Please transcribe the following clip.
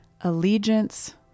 Allegiance